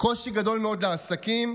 קושי גדול מאוד לעסקים.